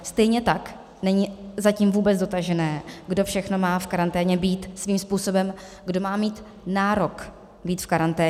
Stejně tak není zatím vůbec dotažené, kdo všechno má v karanténě být, svým způsobem, kdo má mít nárok být v karanténě.